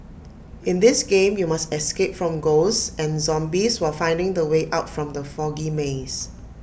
in this game you must escape from ghosts and zombies while finding the way out from the foggy maze